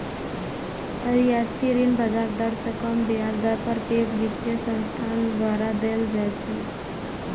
रियायती ऋण बाजार दर सं कम ब्याज दर पर पैघ वित्तीय संस्थान द्वारा देल जाइ छै